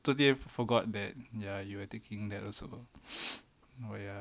so they've forgot that ya you are taking that also where